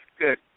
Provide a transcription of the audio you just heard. Good